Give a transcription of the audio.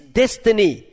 destiny